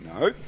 no